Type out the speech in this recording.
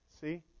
see